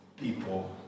people